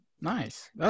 Nice